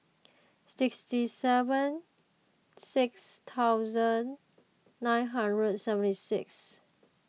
sixty even six thousand nine hundred seventy six